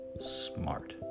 smart